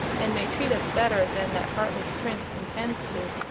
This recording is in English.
and may treat us better than that heartless prince intends to.